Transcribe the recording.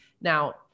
Now